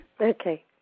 Okay